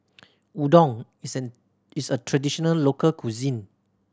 udon is an is a traditional local cuisine